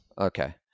okay